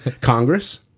Congress